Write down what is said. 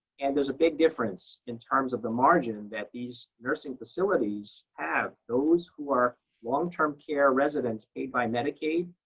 and there's a big difference in terms of the margin that these nursing facilities have. those who are long-term care residents paid by medicaid